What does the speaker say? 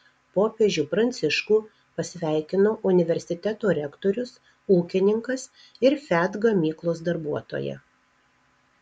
popiežių pranciškų pasveikino universiteto rektorius ūkininkas ir fiat gamyklos darbuotoja